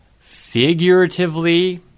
figuratively